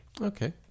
okay